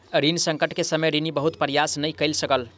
ऋण संकट के समय ऋणी बहुत प्रयास नै कय सकल